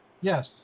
Yes